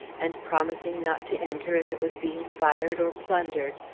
and, promising not to enter if it was being fired or plundered,